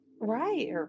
Right